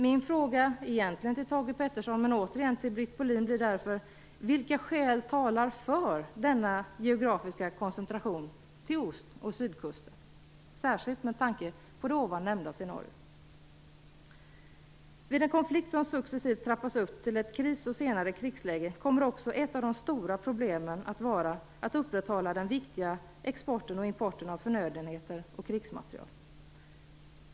Min fråga, egentligen till Thage G Peterson med återigen till Britt Bohlin, blir därför: Vilka skäl talar för denna geografiska koncentration till ost och sykusten, särskilt med tanke på det ovan nämnda scenariot? Vid en konflikt som successivt trappas upp till ett kris och senare krigsläge kommer också ett av de stora problemen att vara att upprätthålla den viktiga exporten och importen av förnödenheter och krigsmateriel.